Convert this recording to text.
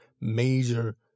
major